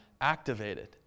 activated